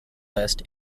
list